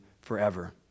forever